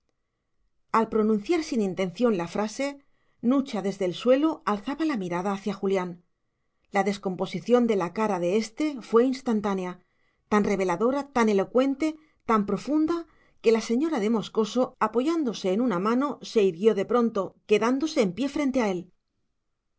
al pronunciar sin intención la frase nucha desde el suelo alzaba la mirada hacia julián la descomposición de la cara de éste fue tan instantánea tan reveladora tan elocuente tan profunda que la señora de moscoso apoyándose en una mano se irguió de pronto quedándose en pie frente a él en